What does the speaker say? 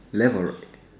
never